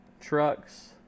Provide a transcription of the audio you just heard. trucks